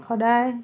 সদায়